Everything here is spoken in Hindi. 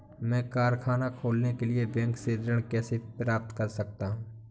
मैं कारखाना खोलने के लिए बैंक से ऋण कैसे प्राप्त कर सकता हूँ?